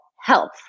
health